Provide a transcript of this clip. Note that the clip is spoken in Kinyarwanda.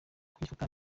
kwifata